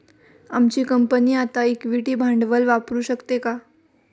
आमची कंपनी आता इक्विटी भांडवल वापरू शकते का?